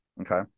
Okay